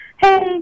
hey